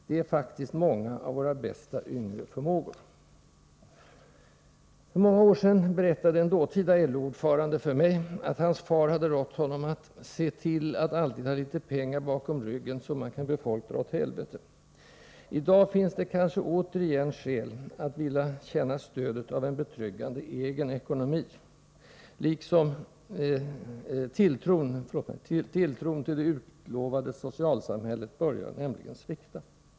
Det är faktiskt många av våra bästa yngre förmågor. För många år sedan berättade en dåtida LO-ordförande för mig att hans far hade rått honom att ”se till att alltid ha litet pengar bakom ryggen så man kan be folk dra åt helvete”. I dag finns det kanske återigen skäl att vilja känna stödet av en betryggande egen ekonomi: tilltron till det utlovade socialsamhället börjar nämligen svikta.